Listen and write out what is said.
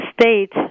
state